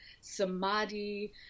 samadhi